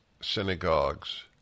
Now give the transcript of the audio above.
synagogues